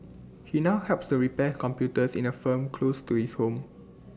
he now helps to repair computers in A firm close to his home